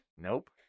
Nope